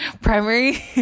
primary